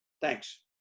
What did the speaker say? Thanks